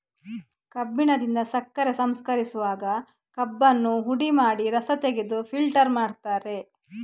ಕಬ್ಬಿನಿಂದ ಸಕ್ಕರೆ ಸಂಸ್ಕರಿಸುವಾಗ ಕಬ್ಬನ್ನ ಹುಡಿ ಮಾಡಿ ರಸ ತೆಗೆದು ಫಿಲ್ಟರ್ ಮಾಡ್ತಾರೆ